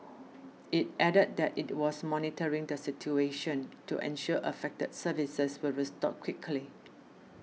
it added that it was monitoring the situation to ensure affected services were restored quickly